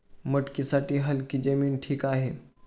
मटकीसाठी हलकी जमीन ठीक आहे